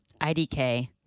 IDK